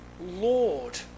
Lord